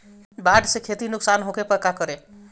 बाढ़ से खेती नुकसान होखे पर का करे?